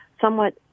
somewhat